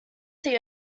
see